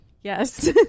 Yes